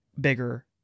bigger